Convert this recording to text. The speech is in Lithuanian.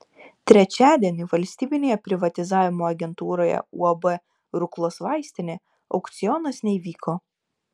trečiadienį valstybinėje privatizavimo agentūroje uab ruklos vaistinė aukcionas neįvyko